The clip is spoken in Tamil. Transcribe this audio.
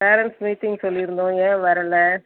பேரன்ட்ஸ் மீட்டிங் சொல்லி இருந்தோம் ஏன் வரல